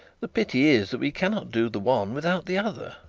the pity is that we cannot do the one without the other.